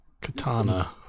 katana